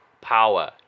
power